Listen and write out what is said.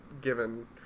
given